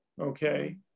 okay